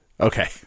Okay